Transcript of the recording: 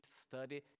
study